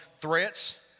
threats